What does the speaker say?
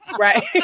Right